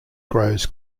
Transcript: grows